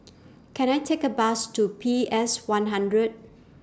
Can I Take A Bus to P S one hundred